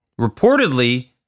reportedly